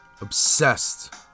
obsessed